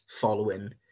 following